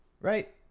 right